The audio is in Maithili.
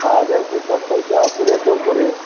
खा जाइत छै सब पैसा उपरे से उपरे